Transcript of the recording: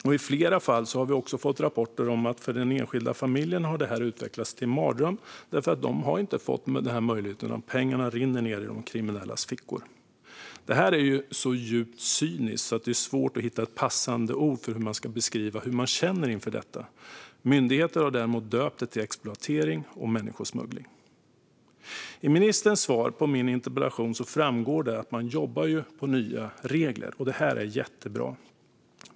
Vi har också fått rapporter om flera fall där det här har utvecklats till en mardröm för enskilda familjer eftersom de inte har fått denna möjlighet och pengarna rinner ned i de kriminellas fickor. Det här är så djupt cyniskt att det är svårt att hittande passande ord när man ska beskriva hur man känner inför det. Myndigheter har döpt det till exploatering och människohandel. I ministerns svar på min interpellation framgår det att man jobbar på nya regler, och det är jättebra.